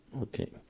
Okay